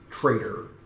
traitor